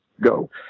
Go